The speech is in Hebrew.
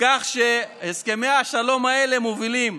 כך שהסכמי השלום האלה מובילים